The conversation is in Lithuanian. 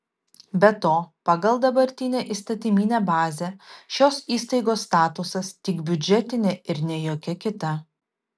be to pagal dabartinę įstatyminę bazę šios įstaigos statusas tik biudžetinė ir ne jokia kita